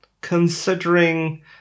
considering